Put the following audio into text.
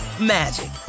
magic